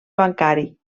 bancari